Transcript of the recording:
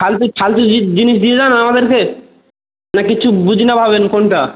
ফালতু ফালতু জি জিনিস দিয়ে যান আমাদেরকে না কিচ্ছু বুঝি না ভাবেন কোনটা